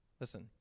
Listen